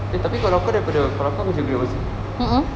eh tapi kalau daripada kalau kau kerja great old city